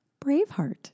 Braveheart